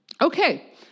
Okay